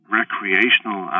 recreational